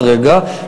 כרגע.